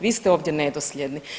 Vi ste ovdje nedosljedni.